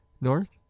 north